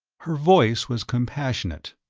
her voice was compassionate.